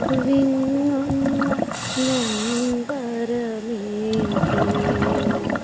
വിങ്ങുന്ന നൊമ്പരമേകി